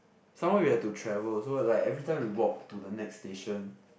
some more we had to travel so like every time we walk to the next station